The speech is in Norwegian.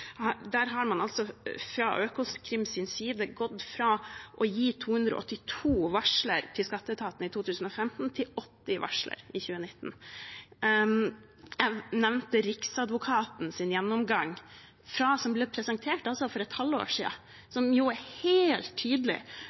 man fra Økokrims side gått fra å gi 282 varsler i 2015 til 80 varsler i 2019. Jeg nevnte Riksadvokatens gjennomgang som ble presentert for et halvt år siden. Den er helt tydelig